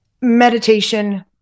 meditation